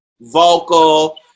vocal